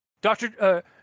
Doctor